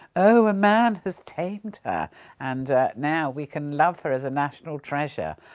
oh, a man has tamed her and now we can love her as a national treasure!